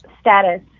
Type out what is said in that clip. status